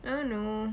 I don't know